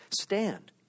Stand